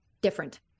different